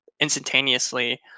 instantaneously